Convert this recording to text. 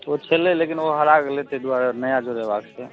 ओ छलय लेकिन ओ हरा गेलय तै दुआरे नया जोड़ेबाक छै